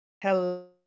Hello